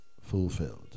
fulfilled